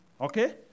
Okay